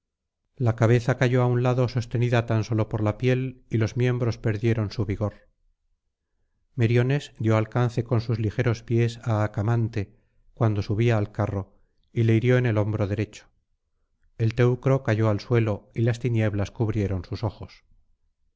la cabeza cayó á un lado sostenida tan sólo por la piel y los miembros perdieron su vigor meriones dio alcance con sus ligeros pies á acamante cuando subía al carro y le hirió en el hombro derecho el teucro cayó al suelo y las tinieblas cubrieron sus ojos